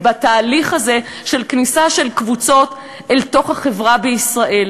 ובתהליך הזה של כניסה של קבוצות אל תוך החברה בישראל